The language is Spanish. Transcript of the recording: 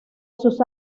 sus